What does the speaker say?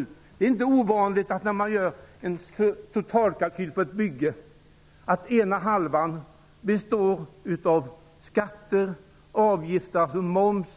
Men det är inte ovanligt att vid en totalkalkyl för ett bygge består ena halvan av kalkylen av skatter, moms,